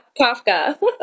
Kafka